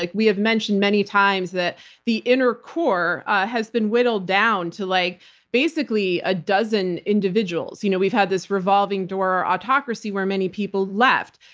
like we have mentioned many times that the inner core has been whittled down to like basically a dozen individuals. you know we've had this revolving door autocracy where many people left.